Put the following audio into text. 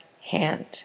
hand